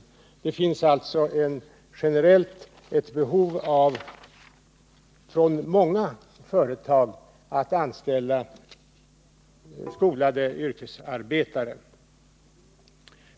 Det finns alltså generellt ett behov från många företag av att anställa skolade yrkesarbetare.